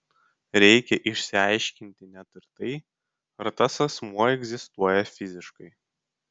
reikia išsiaiškinti net ir tai ar tas asmuo egzistuoja fiziškai